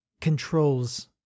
controls